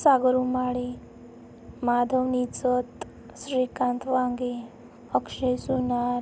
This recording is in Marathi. सागर उमाडे माधव निचत श्रीकांत वांगे अक्षय सोनार